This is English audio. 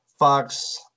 fox